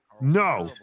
No